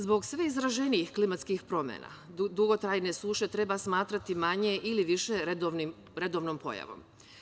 Zbog sve izraženijih klimatskih promena, dugotrajne suše, treba smatrati manje ili više redovnom pojavom.